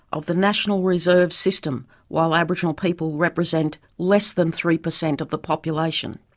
of the national reserve system, while aboriginal people represent less than three per cent of the population.